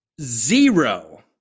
zero